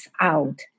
out